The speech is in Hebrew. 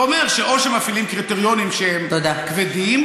זה אומר שאו שמפעילים קריטריונים שהם כבדים,